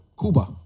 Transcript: Cuba